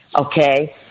Okay